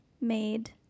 made